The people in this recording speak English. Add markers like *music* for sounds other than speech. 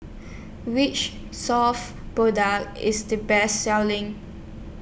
Which Soft *unintelligible* IS The Best Selling